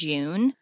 June